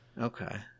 Okay